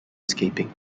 escaping